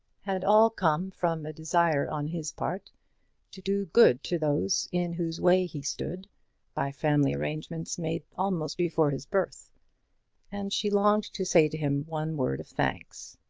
had all come from a desire on his part to do good to those in whose way he stood by family arrangements made almost before his birth and she longed to say to him one word of thanks.